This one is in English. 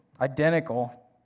Identical